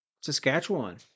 Saskatchewan